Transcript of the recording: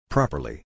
Properly